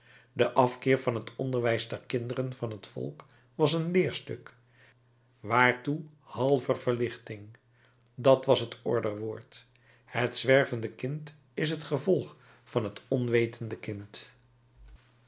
de afkeer van het onderwijs der kinderen van het volk was een leerstuk waartoe halve verlichting dat was het orderwoord het zwervende kind is het gevolg van het onwetende kind